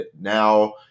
Now